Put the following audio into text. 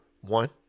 One